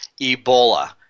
ebola